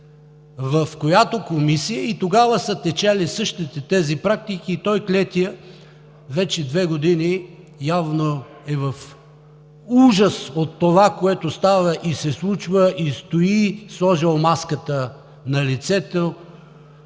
в която и тогава са течали същите тези практики и той клетият вече две години, явно е в ужас от това, което става и се случва, и стои, сложил маската на лицето.